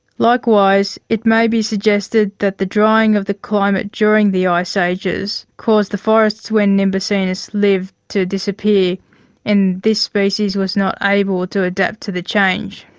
likewise, it may be suggested that the drying of the climate during the ice ages caused the forests where nimbacinus lived to disappear and this species was not able to adapt to the change.